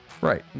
Right